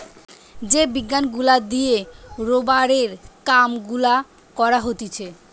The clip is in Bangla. যে বিজ্ঞান গুলা দিয়ে রোবারের কাম গুলা করা হতিছে